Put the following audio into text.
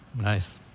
Nice